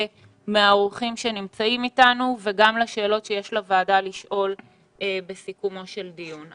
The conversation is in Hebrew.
מהאורחים שנמצאים אתנו וגם לשאלות שיש לוועדה לשאול בסיכומו של דיון.